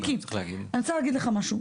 מיקי, אני רוצה להגיד לך משהו: